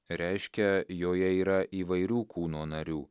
reiškia joje yra įvairių kūno narių